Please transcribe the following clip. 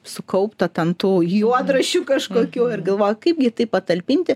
sukaupta ten tų juodraščių kažkokių ir galvoju kaipgi tai patalpinti